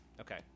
Okay